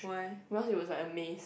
because it was like a maze